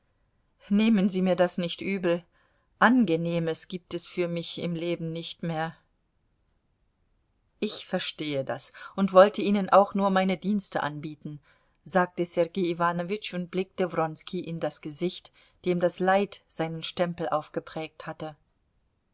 nehmen sie mir das nicht übel angenehmes gibt es für mich im leben nicht mehr ich verstehe das und wollte ihnen auch nur meine dienste anbieten sagte sergei iwanowitsch und blickte wronski in das gesicht dem das leid seinen stempel aufgeprägt hatte